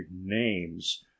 names